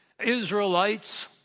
Israelites